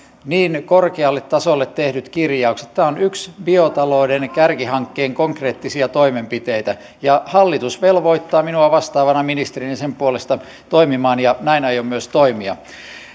niin korkealle tasolle tehdyt kirjaukset tämä on yksi biotalouden kärkihankkeen konkreettisia toimenpiteitä ja hallitus velvoittaa minua vastaavana ministerinä sen puolesta toimimaan ja näin aion myös toimia